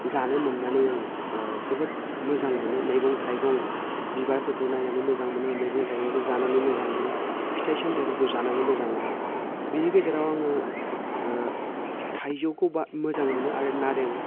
जानो मोननानै आं जोबोद मोजां मोनो मैगं थाइगं बिबारफोरखौ नायनानै मोजां मोनो मैगं थाइगंखौ जानानै मोजां मोनो फिथाइ सामथायफोरखौ जानानै मोजां मोनो बिनि गेजेराव आङो थाइजौखौ बा मोजां मोनो आरो नारें